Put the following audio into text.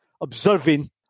observing